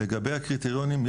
לגבי הקריטריונים,